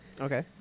Okay